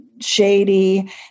shady